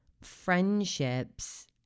friendships